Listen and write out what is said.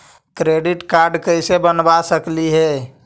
Credit card कैसे बनबा सकली हे?